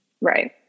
Right